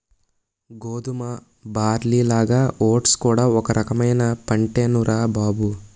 గోధుమ, బార్లీలాగా ఓట్స్ కూడా ఒక రకమైన పంటేనురా బాబూ